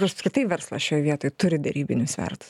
ar apskritai verslas šioj vietoj turi derybinių svertų